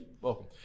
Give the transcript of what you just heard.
welcome